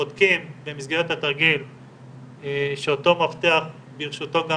בודקים במסגרת התרגיל שאותו מאבטח ברשותו גם